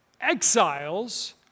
exiles